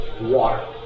Water